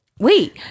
Wait